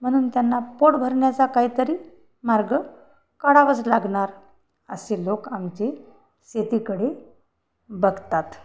म्हणून त्यांना पोट भरण्याचा काहीतरी मार्ग काढावाच लागणार असे लोक आमचे शेतीकडे बघतात